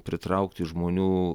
pritraukti žmonių